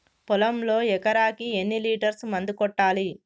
పొలంలో ఎకరాకి ఎన్ని లీటర్స్ మందు కొట్టాలి?